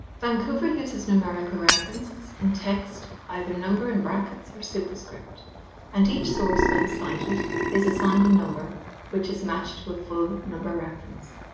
vancouver uses numerical references in text either number in brackets or superscript and each source when cited is assigned a number which is matched to a full number reference.